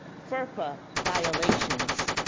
ferpa violations,